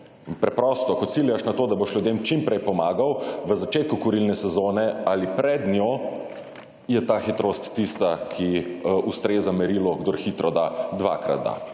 Preprosto, ko ciljaš na to, da boš ljudem čim prej pomagal, v začetku kurilne sezone ali pred njo, je ta hitrost tista, ki ustreza merilu, kdor hitro da, dvakrat da.